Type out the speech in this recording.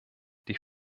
die